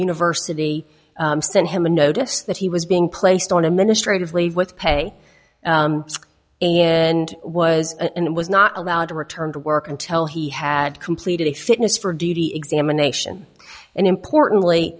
university sent him a notice that he was being placed on administrative leave with pay and was and was not allowed to return to work until he had completed a fitness for d d examination and importantly